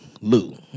Lou